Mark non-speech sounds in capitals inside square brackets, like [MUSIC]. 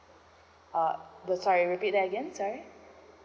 uh [NOISE] sorry repeat that again sorry